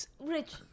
Rich